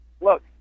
look